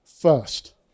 first